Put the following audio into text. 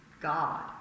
God